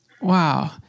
Wow